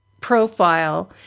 profile